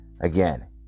Again